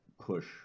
push